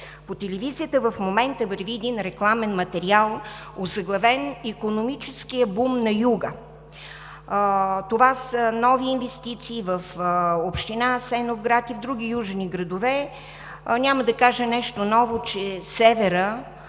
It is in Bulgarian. По телевизията в момента върви един рекламен материал, озаглавен „Икономическият бум на Юга“. Това са нови инвестиции в община Асеновград и други южни градове, но няма да кажа нещо ново, че Северът,